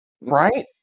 Right